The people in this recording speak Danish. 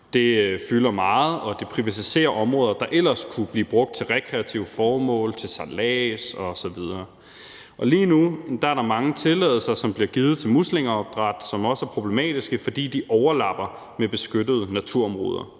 det fylder meget, og det privatiserer områder, der ellers kunne blive brugt til rekreative formål, til sejlads osv. Lige nu er der mange tilladelser, som bliver givet til muslingeopdræt, som også er problematiske, fordi de overlapper beskyttede naturområder,